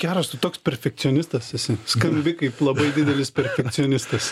geras tu toks perfekcionistas esi skambi kaip labai didelis perfekcionistas